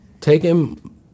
Taking